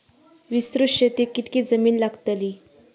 विस्तृत शेतीक कितकी जमीन लागतली?